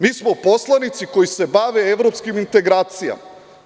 Mi smo poslanici koji se bave evropskim integracijama.